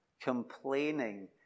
complaining